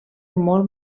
molt